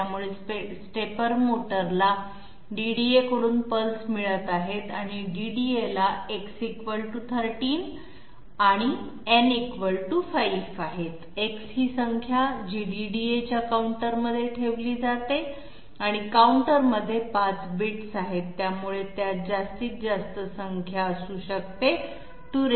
त्यामुळे स्टेपर मोटरला DDA कडून पल्स मिळत आहेत आणि DDA ला X 13 आणि n 5 आहेत X ही संख्या आहे जी DDA च्या काउंटरमध्ये ठेवली जाते आणि काउंटरमध्ये 5 बिट्स आहेत त्यामुळे त्यात जास्तीत जास्त संख्या असू शकते 25 1